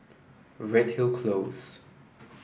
Redhill Close